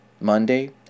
Monday